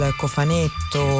cofanetto